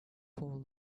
paul